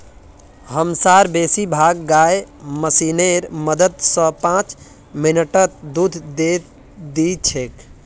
हमसार बेसी भाग गाय मशीनेर मदद स पांच मिनटत दूध दे दी छेक